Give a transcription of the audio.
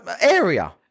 area